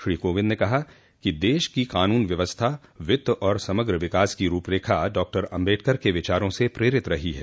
श्री कोविंद ने कहा कि देश की कानून व्यवस्था वित्त और समग्र विकास की रूपरेखा डॉक्टर आम्बेडकर क विचारों से प्रेरित रही है